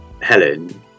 Helen